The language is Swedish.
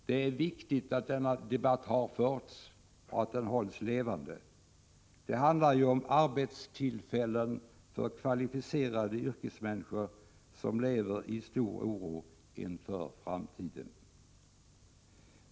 Det är viktigt att denna debatt har förts och att den hålls levande. Det handlar ju om arbetstillfällen för kvalificerade yrkesmänniskor som lever i stor oro inför framtiden.